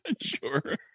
Sure